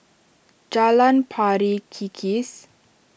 Jalan Pari Kikis